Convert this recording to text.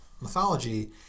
mythology